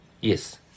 Yes